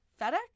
FedEx